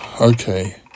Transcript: Okay